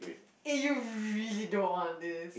eh you really don't want this